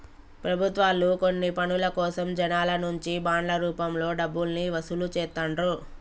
ప్రభుత్వాలు కొన్ని పనుల కోసం జనాల నుంచి బాండ్ల రూపంలో డబ్బుల్ని వసూలు చేత్తండ్రు